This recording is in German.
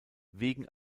wegen